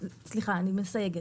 סליחה, אני מסייגת.